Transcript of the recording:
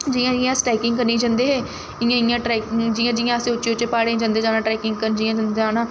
जि'यां जि'यां अस ट्रैकिंग करने गी जंदे हे इ'यां इ'यां ट्रैकि जि'यां जि'यां असें उच्चे उच्चे प्हाड़ें गी जंदे जाना ट्रैकिंग करन जि'यां जंदे जाना